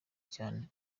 cyane